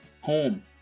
home